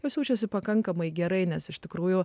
jos jaučiasi pakankamai gerai nes iš tikrųjų